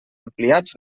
ampliats